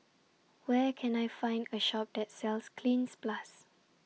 Where Can I Find A Shop that sells Cleanz Plus